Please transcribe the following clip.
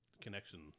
connection